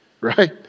right